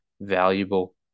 valuable